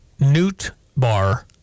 Newtbar